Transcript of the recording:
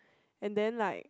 and then like